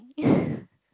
annoying